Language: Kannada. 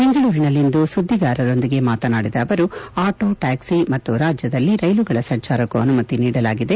ಬೆಂಗಳೂರಿನಲ್ಲಿಂದು ಸುದ್ದಿಗಾರರೊಂದಿಗೆ ಮಾತನಾಡಿದ ಅವರು ಆಟೋ ಟ್ವಾಕ್ಲಿ ಮತ್ತು ರಾಜ್ದದಲ್ಲಿ ರೈಲುಗಳ ಸಂಚಾರಕ್ಕೂ ಅನುಮತಿ ನೀಡಲಾಗಿದೆ